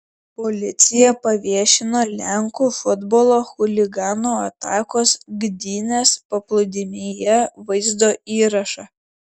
policija paviešino lenkų futbolo chuliganų atakos gdynės paplūdimyje vaizdo įrašą